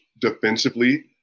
defensively